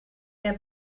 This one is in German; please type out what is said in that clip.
der